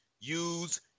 use